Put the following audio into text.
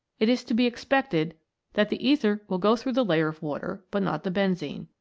it is to be expected that the ether will go through the layer of water, but not the benzene.